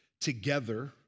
together